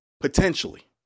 Potentially